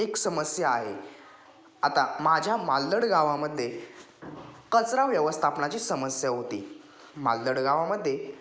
एक समस्या आहे आता माझ्या मालदड गावामध्ये कचरा व्यवस्थापनाची समस्या होती मालदड गावामध्ये